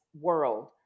world